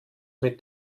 mit